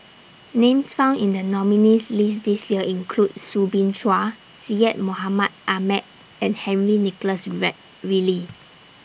Names found in The nominees' list This Year include Soo Bin Chua Syed Mohamed Ahmed and Henry Nicholas Ridley